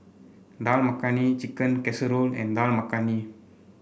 Dal Makhani Chicken Casserole and Dal Makhani